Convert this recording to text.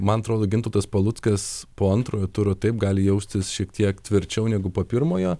man atrodo gintautas paluckas po antrojo turo taip gali jaustis šiek tiek tvirčiau negu po pirmojo